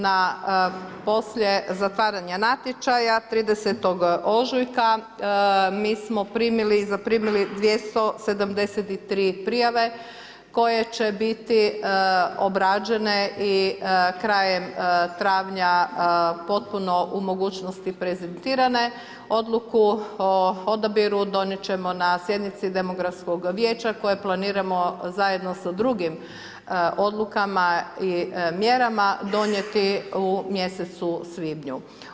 Na poslije zatvaranje natječaja, 30. ožujka mi smo primili, zaprimiti 273 prijave koje će biti obrađene i krajem travnja potpuno u mogućnosti prezentirate, odluku o odabiru donijet ćemo na sjednici demografskog vijeća koju planiramo zajedno sa drugim odlukama i mjerama donijeti u mjesecu svibnju.